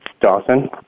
Dawson